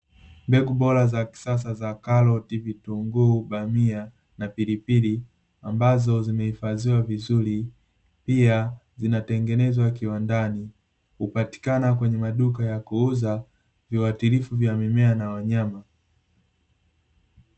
Mbegu bora za kisasa za: karoti, vitunguu, bamia, na pilipili, ambazo zimehifadhiwa vizuri, pia zinatengenezwa kiwandani. Hupatikana kwenye maduka ya kuuza viuatilifu vya mimea na wanyama.